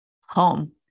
home